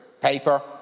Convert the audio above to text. paper